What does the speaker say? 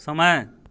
समय